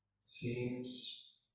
seems